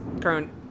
current